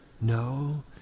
no